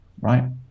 right